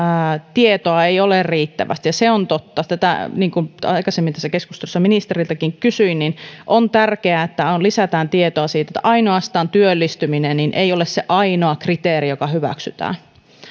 tietoa ei ole riittävästi ja se on totta niin kuin aikaisemmin tässä keskustelussa ministeriltä tätä kysyin on tärkeää että lisätään tietoa siitä että työllistyminen ei ole ainoa kriteeri joka hyväksytään